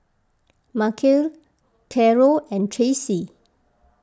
Markell Karol and Tracy